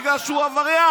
בגלל שהוא עבריין,